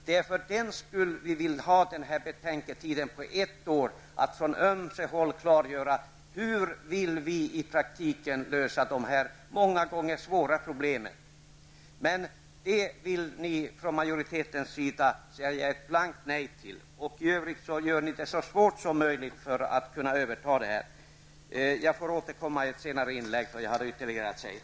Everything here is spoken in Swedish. Det är därför vi vill ha denna betänketid på ett år. Därmed ges utrymme att på ömse håll diskutera hur man vill lösa detta svåra trafikproblem. Men det säger ni från majoriteten blankt nej till. I övrigt gör ni det också så svårt som möjligt för dem som vill överta driften av inlandsbanan.